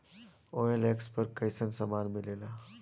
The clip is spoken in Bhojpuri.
ओ.एल.एक्स पर कइसन सामान मीलेला?